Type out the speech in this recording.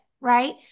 right